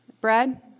Brad